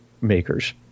makers